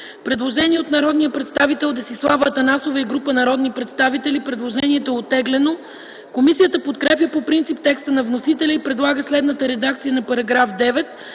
Предложение от народния представител Десислава Атанасова и група народни представители. Предложението е оттеглено. Комисията подкрепя по принцип текста на вносителя и предлага следната редакция на § 9,